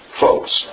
folks